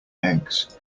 eggs